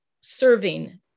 serving